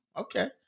Okay